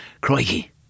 Crikey